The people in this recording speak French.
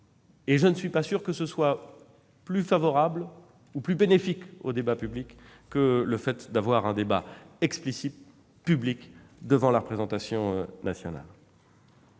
Je ne suis pas sûr que cette situation soit plus favorable ou plus bénéfique que le fait d'avoir un débat explicite, public, devant la représentation nationale.